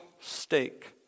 stake